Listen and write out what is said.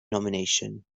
nomination